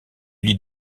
lit